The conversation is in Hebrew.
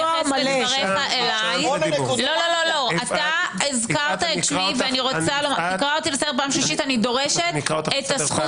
אתה הזכרת את שמי ואני דורשת את הזכות